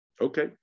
Okay